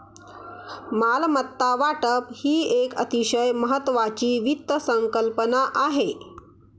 मालमत्ता वाटप ही एक अतिशय महत्वाची वित्त संकल्पना आहे